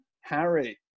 Harry